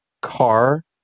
Car